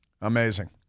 Amazing